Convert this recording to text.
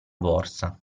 borsa